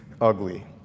ugly